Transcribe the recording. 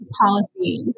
policy